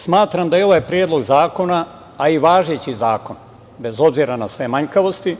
Smatram da je ovaj predlog zakona, a i važeći zakon, bez obzira na sve manjkavosti